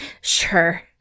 Sure